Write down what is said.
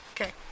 Okay